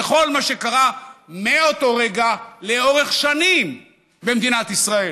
לכל מה שקרה מאותו רגע לאורך שנים במדינת ישראל.